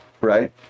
right